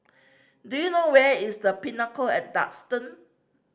do you know where is The Pinnacle at Duxton